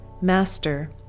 Master